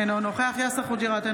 אינו נוכח יאסר חוג'יראת,